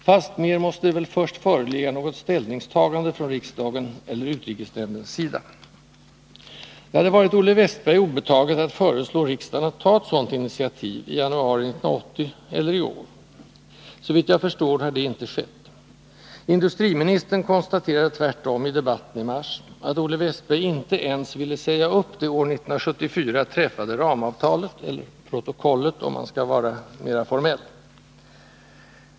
Fastmera måste det väl först föreligga något ställningstagande från riksdagens eller utrikesnämndens sida. Det hade varit Olle Wästberg obetaget att föreslå riksdagen att ta ett sådant initiativ, i januari 1980 eller i år. Såvitt jag förstår har det inte skett. Industriministern konstaterade tvärtom i debatten i mars att Olle Wästberg inte ens ville säga upp det år 1974 träffade ramavtalet eller ”protokollet” — om man skall vara mera formell.